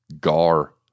gar